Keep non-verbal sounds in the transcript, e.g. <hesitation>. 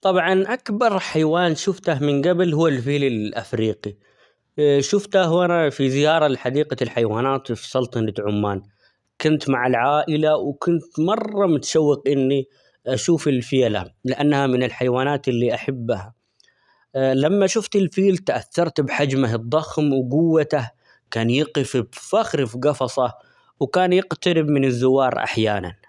طبعًا أكبر حيوان شفته من قبل هو الفيل الأفريقي <hesitation> شفته وأنا في زيارة لحديقة الحيوانات في سلطنة عمان كنت مع العائلة، وكنت مرة متشوق إني أشوف الفيلة لأنها من الحيوانات اللي أحبها <hesitation> لما شفت الفيل تأثرت بحجمه الضخم وقوته كان يقف بفخر في قفصه، وكان يقترب من الزوار أحيانًا.